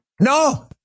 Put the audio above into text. No